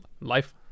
life